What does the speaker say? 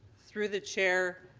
through the chair,